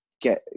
get